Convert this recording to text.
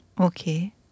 Okay